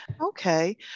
Okay